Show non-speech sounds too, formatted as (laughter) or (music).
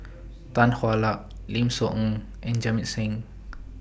(noise) Tan Hwa Luck Lim Soo Ngee and Jamit Singh (noise)